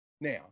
Now